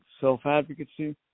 self-advocacy